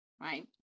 Right